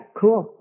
cool